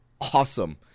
awesome